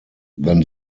than